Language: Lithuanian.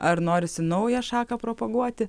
ar norisi naują šaką propaguoti